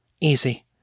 Easy